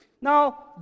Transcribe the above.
Now